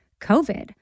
COVID